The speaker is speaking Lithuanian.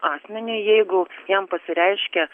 asmeniui jeigu jam pasireiškia